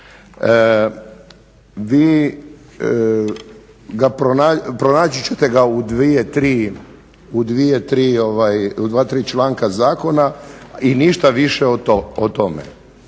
Pronaći ćete ga u dva, tri članka zakona i ništa više o tome.